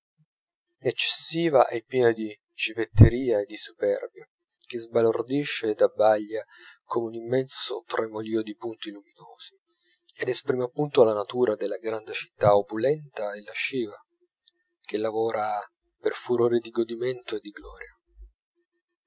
eccessiva e piena di civetteria e di superbia che sbalordisce ed abbaglia come un immenso tremolìo di punti luminosi ed esprime appunto la natura della grande città opulenta e lasciva che lavora per furore di godimento e di gloria